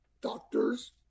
doctors